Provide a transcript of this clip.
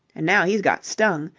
and now he's got stung.